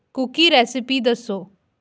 cookie recipe ਦੱਸੋ